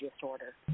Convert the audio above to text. disorder